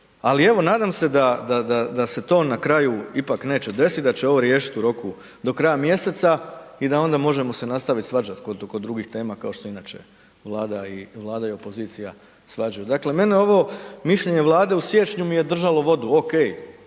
Ali evo nadam se da se to na kraju ipak neće desit, da će ovo riješit u roku do kraja mjeseca i da onda možemo se nastaviti svađat kod drugih tema kao što se inače Vlada i opozicija svađaju. Dakle mene ovo mišljenje Vlade u siječnju mi je držalo vodu, ok,